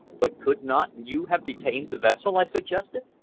but could not you have detained the vessel? i suggested.